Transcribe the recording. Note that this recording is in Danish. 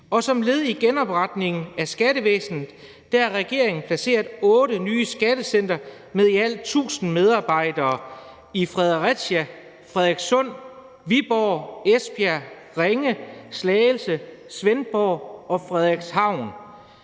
Og som led i genopretningen af skattevæsenet har regeringen placeret otte nye skattecentre med i alt 1.000 medarbejdere i Fredericia, Frederikssund, Viborg, Esbjerg, Ringe, Slagelse, Svendborg og Frederikshavn.